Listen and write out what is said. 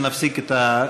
שנפסיק את,